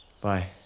Bye